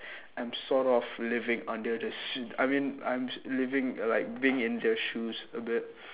I'm sort of living under the sea I mean I'm living like being in their shoes a bit